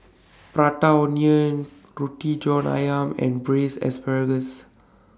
Prata Onion Roti John Ayam and Braised Asparagus